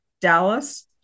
Dallas